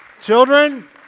Children